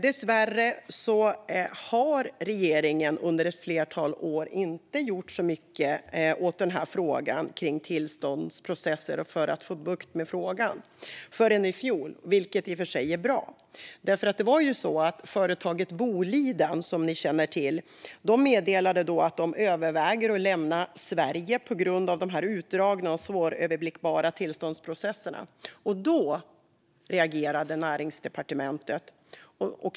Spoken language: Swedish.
Dessvärre har inte regeringen under ett flertal år gjort så mycket åt den här frågan om tillståndsprocesser för att få bukt med situationen förrän i fjol, vilket i och för sig är bra. Som ni känner till var det företaget Boliden som då meddelade att det överväger att lämna Sverige på grund av de utdragna och svåröverblickbara tillståndsprocesserna. Då reagerade Näringsdepartementet.